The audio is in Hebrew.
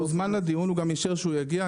הוא הוזמן לדיון, הוא גם אישר שהוא יגיע.